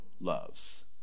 loves